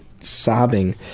sobbing